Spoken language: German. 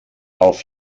auf